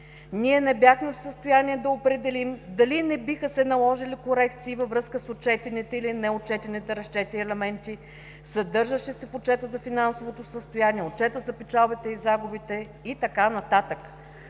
Ние не бяхме в състояние да определим дали не биха се наложили корекции във връзка с отчетените или неотчетените разчети – елементи, съдържащи се в отчета за финансовото състояние, отчета за печалбите и загубите, и така нататък“.